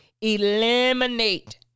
Eliminate